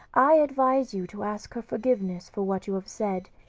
i advise you to ask her forgiveness for what you have said,